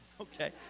okay